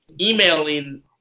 emailing